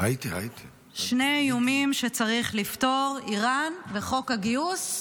שני איומים שצריך לפתור: איראן וחוק הגיוס.